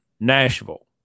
Nashville